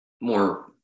more